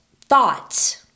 thoughts